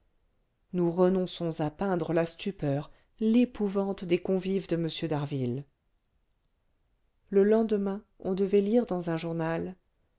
nous renonçons à peindre la stupeur l'épouvante des convives de m d'harville le lendemain on devait lire dans un journal